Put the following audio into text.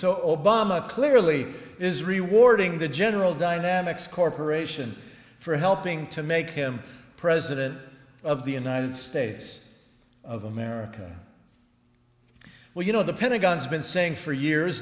obama clearly is rewarding the general dynamics corporation for helping to make him president of the united states of america well you know the pentagon's been saying for years